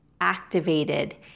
activated